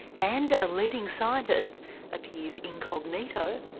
and a leading scientist appears incognito.